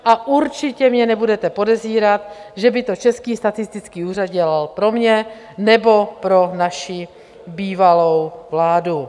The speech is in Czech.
A určitě mě nebudete podezírat, že by to Český statistický úřad dělal pro mě nebo pro naši bývalou vládu.